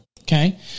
okay